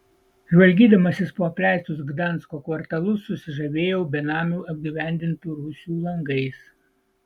žvalgydamasis po apleistus gdansko kvartalus susižavėjau benamių apgyvendintų rūsių langais